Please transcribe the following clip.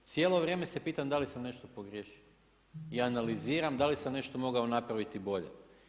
Cijelo vrijeme se pitam dali sam nešto pogriješio i analiziram da li sam nešto mogao napraviti bolje.